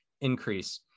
increase